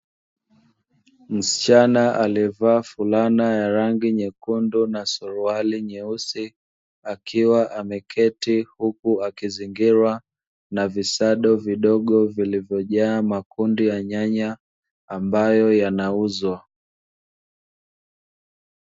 Msichana aliyevaa fulana ya rangi nyekundu na suruali nyeusi, akiwa ameketi huku akizingirwa na visado vidogo na makundi ya nyanya ambayo yanauzwa.